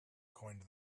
coined